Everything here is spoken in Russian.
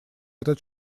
этот